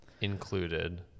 included